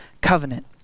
Covenant